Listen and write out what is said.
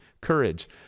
courage